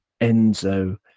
Enzo